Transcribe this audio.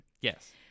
Yes